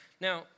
Now